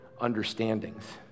understandings